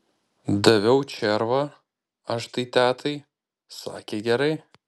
daviau červą aš tai tetai sakė gerai